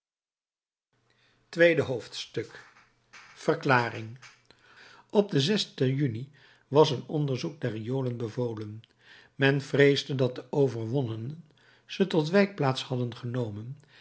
tweede hoofdstuk verklaring op den juni was een onderzoek der riolen bevolen men vreesde dat de overwonnenen ze tot wijkplaats hadden genomen